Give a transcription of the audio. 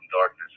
darkness